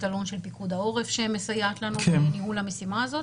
אלון של פיקוד העורף שמסייעת לנו בניהול המשימה הזאת.